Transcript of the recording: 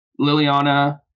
Liliana